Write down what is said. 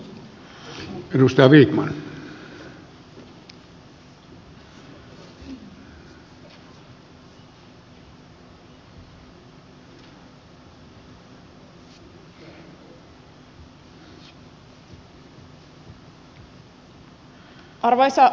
arvoisa puhemies